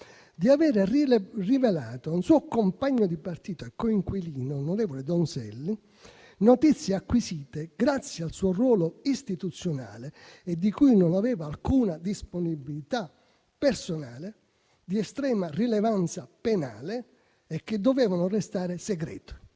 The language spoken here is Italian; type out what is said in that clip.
di aver rivelato a un suo compagno di partito, coinquilino, onorevole Donzelli, notizie acquisite grazie al suo ruolo istituzionale e di cui non aveva alcuna disponibilità personale, di estrema rilevanza penale e che dovevano restare segrete